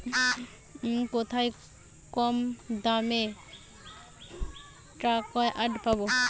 কোথায় কমদামে ট্রাকটার পাব?